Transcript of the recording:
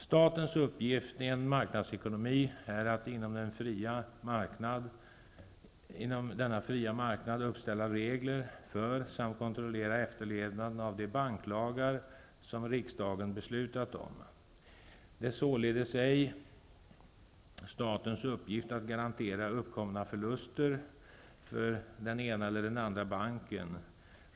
Statens uppgift i en marknadsekonomi är att inom denna fria marknad uppställa regler för samt kontrollera efterlevnaden av de banklagar som riksdagen beslutat om. Det är således ej statens uppgift att garantera uppkomna förluster för den ena eller den andra banken.